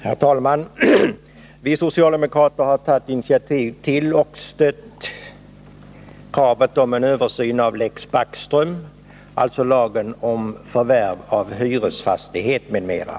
Herr talman! Vi socialdemokrater har tagit initiativ till och stött kravet på en översyn av ”lex Backström”, dvs. lagen om förvärv av hyresfastighet m.m.